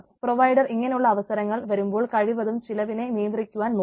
provider ഇങ്ങനെയുള്ള അവസരങ്ങൾ വരുമ്പോൾ കഴിവതും ചിലവിനെ നിയന്ത്രിക്കുവാൻ നോക്കും